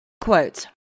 quote